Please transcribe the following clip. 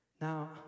Now